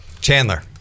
Chandler